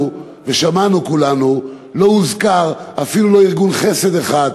ושמענו כולנו לא הוזכר אפילו לא ארגון חסד אחד,